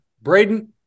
Braden